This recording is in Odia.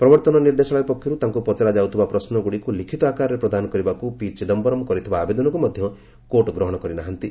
ପ୍ରବର୍ତ୍ତନ ନିର୍ଦ୍ଦେଶାଳୟ ପକ୍ଷରୁ ତାଙ୍କୁ ପଚରାଯାଉଥିବା ପ୍ରଶ୍ନଗୁଡ଼ିକୁ ଲିଖିତ ଆକାରରେ ପ୍ରଦାନ କରିବାକୁ ପି ଚିଦାୟରମ୍ କରିଥିବା ଆବେଦନକୁ ମଧ୍ୟ କୋର୍ଟ ଗ୍ରହଣ କରି ନାହାନ୍ତି